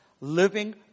living